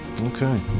Okay